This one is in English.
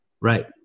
Right